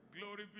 Glory